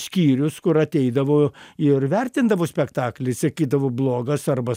skyrius kur ateidavo ir vertindavo spektaklį sakydavo blogas arba